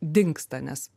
dingsta nes